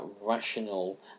rational